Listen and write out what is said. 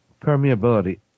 permeability